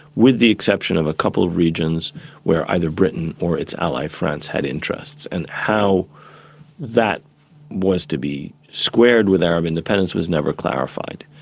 with the exception of a couple of regions where either britain or its ally friends had interests. and how that was to be squared with arab independence was never clarified.